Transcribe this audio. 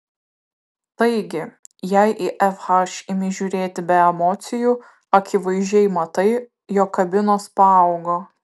taigi jei į fh imi žiūrėti be emocijų akivaizdžiai matai jog kabinos paaugo